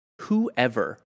whoever